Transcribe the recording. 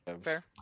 Fair